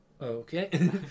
Okay